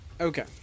Okay